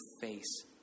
face